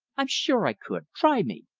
i'm sure i could. try me.